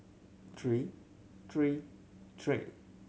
three three three